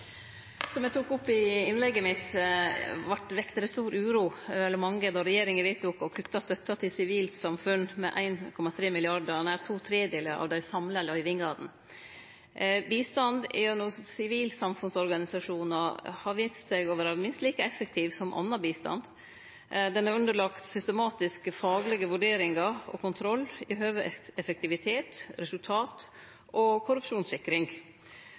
Som eg tok opp i innlegget mitt, vekte det stor uro hjå mange då regjeringa vedtok å kutte støtta til Sivilt samfunn med 1,3 mrd. kr, nær to tredelar av dei samla løyvingane. Bistand gjennom sivilsamfunnsorganisasjonar har vist seg å vere minst like effektiv som annan bistand. Den er underlagd systematiske faglege vurderingar og kontroll i høve til effektivitet, resultat og korrupsjonssikring.